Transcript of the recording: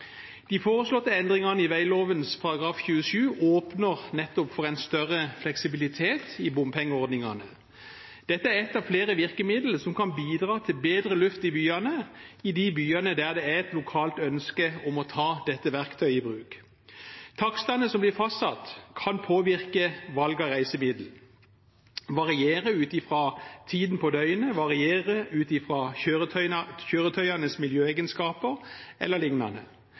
De foreslåtte endringene i veglovens § 27 åpner nettopp for en større fleksibilitet i bompengeordningene. Dette er ett av flere virkemidler som kan bidra til bedre luft i byene, i de byene der det er et lokalt ønske om å ta dette verktøyet i bruk. Takstene som blir fastsatt, kan påvirke valg av reisemiddel og variere ut fra tid på døgnet og ut fra kjøretøyenes miljøegenskaper